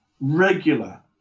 regular